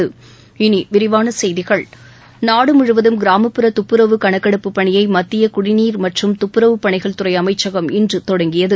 இனி விரிவான செய்திகள் நாடு முழுவதும் கிராமப்புற துப்புரவு கணக்கெடுப்புப் பணியை மத்திய குடிநீர் மற்றும் துப்புரவு பணிகள் துறை அமைச்சகம் இன்று தொடங்கியது